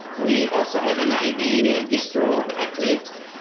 we also have an i d. a distro of eclipse.